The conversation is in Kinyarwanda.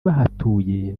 bahatuye